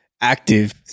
active